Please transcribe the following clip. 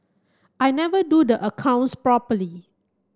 I never do the accounts properly